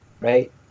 right